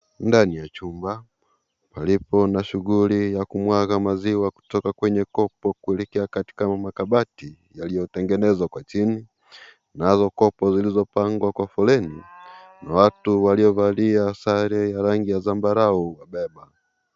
Ndani ya jumba palipo na shughuli ya kumwaga maziwa kutoka kwenye kopo kuelekea Kwa makabati yaliyotengenezwa Kwa chini nazo kopp zilizopangwa Kwa foleni. Watu waliovalia sare ya rangi ya zambarao kubeba.